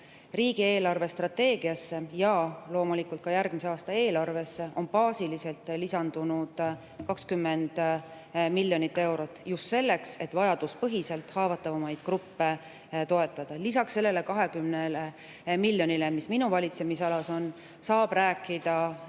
riigi eelarvestrateegiasse ja loomulikult ka järgmise aasta eelarvesse on baasiliselt lisandunud 20 miljonit eurot just selleks, et vajaduspõhiselt toetada haavatavamaid gruppe. Lisaks sellele 20 miljonile, mis minu valitsemisalas on, saab rääkida